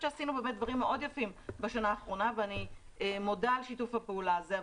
עשינו דברים יפים מאוד בשנה האחרונה ואני מודה על שיתוף הפעולה הזה,